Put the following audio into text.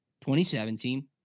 2017